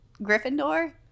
Gryffindor